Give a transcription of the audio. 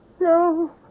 no